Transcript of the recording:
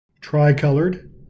Tri-colored